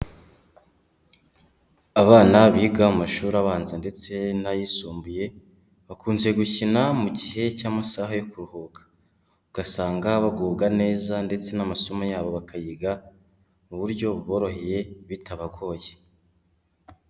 Abana biga mu mashuri abanza ndetse n'ayisumbuye bakunze gukina mu gihe cy'amasaha yo kuruhuka, ugasanga bagubwa neza ndetse n'amasomo yabo bakayiga mu buryo buboroheye bitabagoye.